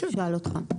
שואל אותך?